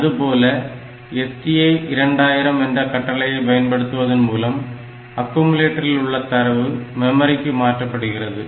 அதுபோல STA 2000 என்ற கட்டளையை பயன்படுத்துவதன் மூலம் அக்குமுலட்டரில் உள்ள தரவு மெமரிக்கு மாற்றப்படுகிறது